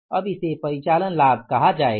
अब इसे परिचालन लाभ कहा जाएगा